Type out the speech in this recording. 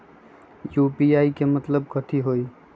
UPI के मतलब कथी होई?